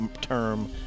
term